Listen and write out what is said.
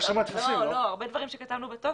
הרבה דברים שכתבנו בטופס,